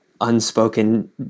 unspoken